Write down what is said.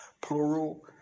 plural